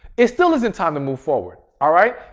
it still isn't time to move forward, all right.